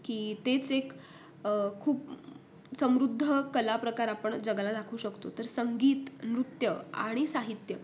की तेच एक खूप समृद्ध कलाप्रकार आपण जगाला दाखवू शकतो तर संगीत नृत्य आणि साहित्य